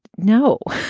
no.